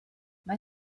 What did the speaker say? mae